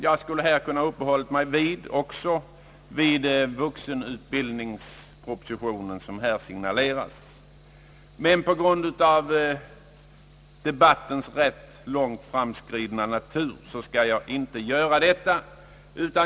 Jag skulle kunna uppehålla mig också vid vuxenutbildningspropositionen som har signalerats, men på grund av att debatten är långt framskriden skall jag inte göra detta.